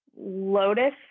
Lotus